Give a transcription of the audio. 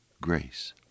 grace